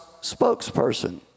spokesperson